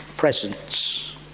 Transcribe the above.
Presence